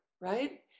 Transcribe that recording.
right